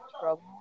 trouble